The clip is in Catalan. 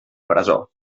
presó